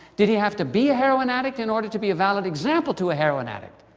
did he have to be a heroin addict in order to be a valid example to a heroin addict?